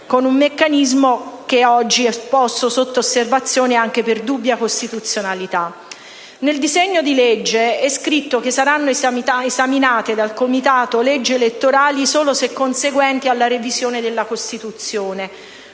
con un meccanismo che oggi è posto sotto osservazione anche per dubbia costituzionalità. Nel disegno di legge è scritto che saranno esaminate dal Comitato leggi elettorali solo se conseguenti alla revisione della Costituzione.